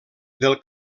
del